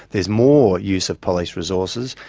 there's more use of police resources.